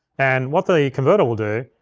and what the converter will do,